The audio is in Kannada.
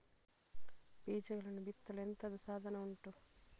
ಬೀಜಗಳನ್ನು ಬಿತ್ತಲು ಎಂತದು ಸಾಧನ ಉಂಟು?